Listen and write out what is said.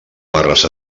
barres